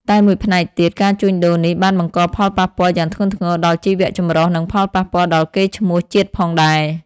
តែមួយផ្នែកទៀត ការជួញដូរនេះបានបង្កផលប៉ះពាល់យ៉ាងធ្ងន់ធ្ងរដល់ជីវចម្រុះ និងប៉ះពាល់ដល់កេរ្តិ៍ឈ្មោះជាតិផងដែរ។